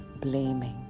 blaming